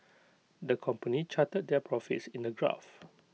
the company charted their profits in A graph